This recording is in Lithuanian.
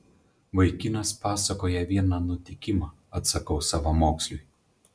vaikinas pasakoja vieną nutikimą atsakau savamoksliui